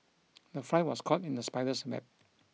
the fly was caught in the spider's web